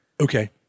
okay